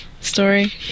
Story